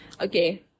Okay